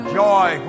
joy